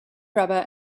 rubber